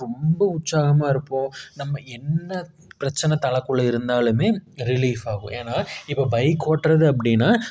ரொம்ப உற்சாகமாக இருப்போம் நம்ம என்ன பிரச்சனை தலைக்குள்ள இருந்தாலும் ரிலீஃப் ஆகும் ஏன்னா இப்போ பைக் ஓட்டுறது அப்படின்னா